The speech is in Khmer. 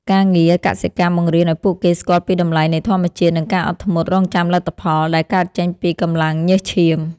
ការងារកសិកម្មបង្រៀនឱ្យពួកគេស្គាល់ពីតម្លៃនៃធម្មជាតិនិងការអត់ធ្មត់រង់ចាំលទ្ធផលដែលកើតចេញពីកម្លាំងញើសឈាម។